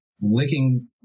licking